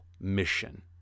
mission